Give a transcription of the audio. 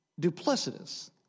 duplicitous